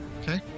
Okay